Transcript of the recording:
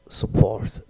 support